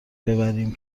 ببریم